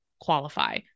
qualify